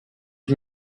ich